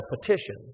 petition